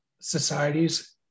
societies